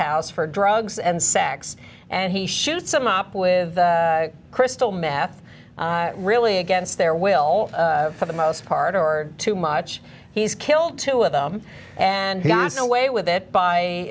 house for drugs and sex and he shoots them up with crystal meth really against their will for the most part or too much he's killed two of them and dance away with it by